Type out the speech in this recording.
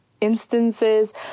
instances